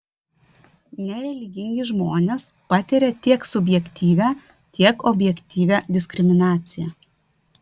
nereligingi žmonės patiria tiek subjektyvią tiek objektyvią diskriminaciją